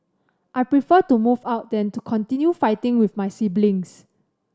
I prefer to move out than to continue fighting with my siblings